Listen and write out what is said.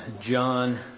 John